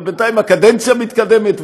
ובינתיים הקדנציה מתקדמת,